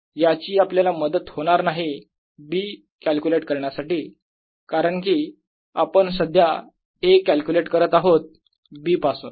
याची आपल्याला मदत होणार नाही B कॅल्क्युलेट करण्यासाठी कारण की आपण सध्या A कॅल्क्युलेट करत आहोत B पासून